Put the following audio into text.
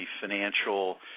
financial